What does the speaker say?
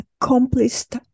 accomplished